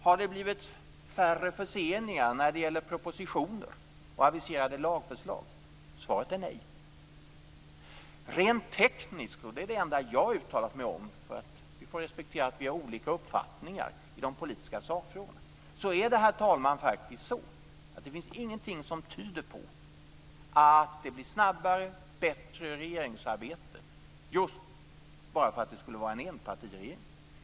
Har det blivit färre förseningar av propositioner och aviserade lagförslag? Svaret är nej. Herr talman! Rent tekniskt - och det är det enda jag har uttalat mig om eftersom vi får respektera att vi har olika uppfattningar i de politiska sakfrågorna - finns det ingenting som tyder på att regeringsarbetet blir snabbare och bättre bara för att det är fråga om en enpartiregering.